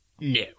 No